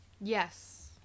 Yes